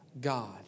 God